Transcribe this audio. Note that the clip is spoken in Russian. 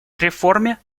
реформе